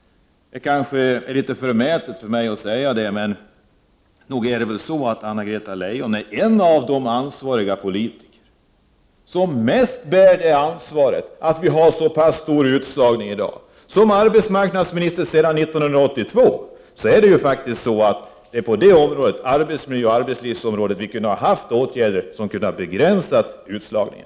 Det är kanske är litet förmätet av mig att säga detta, men nog är väl Anna-Greta Leijon en av de politiker som mest bär ansvaret för att vi har så pass stor utslagning i dag. Hon var arbetsmarknadsminister sedan 1982, och när det gäller arbetsmiljö och arbetsliv hade vi kunnat få åtgärder som begränsat utslagningen.